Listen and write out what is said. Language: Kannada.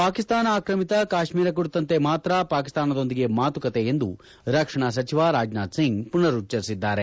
ಪಾಕಿಸ್ತಾನ ಆಕ್ರಮಿತ ಕಾಶ್ಮೀರ ಕುರಿತಂತೆ ಮಾತ್ರ ಪಾಕಿಸ್ತಾನದೊಂದಿಗೆ ಮಾತುಕತೆ ಎಂದು ರಕ್ಷಣಾ ಸಚಿವ ರಾಜ್ನಾಥ್ ಸಿಂಗ್ ಪುನರುಚ್ಚರಿಸಿದ್ದಾರೆ